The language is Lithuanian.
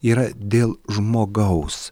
yra dėl žmogaus